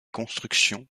constructions